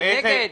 אתם נגד?